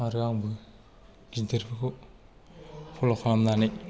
आरो आंबो गिदिरफोरखौ फल' खालामनानै